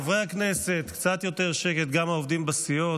חברי הכנסת, קצת יותר שקט, גם העובדים בסיעות.